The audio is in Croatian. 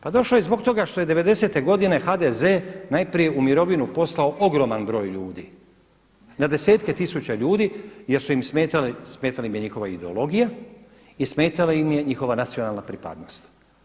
Pa došao je i zbog toga što je devedesete godine HDZ najprije u mirovinu poslao ogroman broj ljudi, na desetke tisuća ljudi jer su im smetali, smetala im je njihova ideologija i smetala im je njihova nacionalna pripadnost.